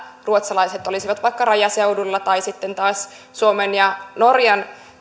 ruotsalaiset olisivat vaikka rajaseudulla tai sitten taas suomen ja norjan